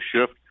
shift